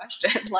question